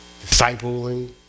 discipling